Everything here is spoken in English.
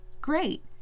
Great